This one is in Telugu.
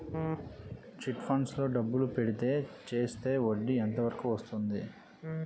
చిట్ ఫండ్స్ లో డబ్బులు పెడితే చేస్తే వడ్డీ ఎంత వరకు వస్తుంది?